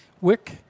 Wick